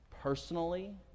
Personally